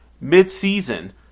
mid-season